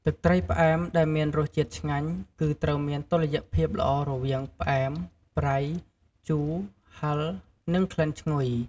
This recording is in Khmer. ទឹកត្រីផ្អែមដែលមានរសជាតិឆ្ងាញ់ គឺត្រូវមានតុល្យភាពល្អរវាង ផ្អែម ប្រៃ ជូរ ហិរ និងក្លិនឈ្ងុយ។